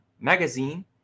magazine